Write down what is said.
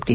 T